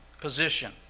position